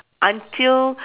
until